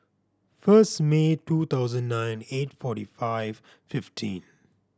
first May two thousand nine eight forty five fifteen